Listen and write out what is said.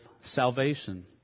salvation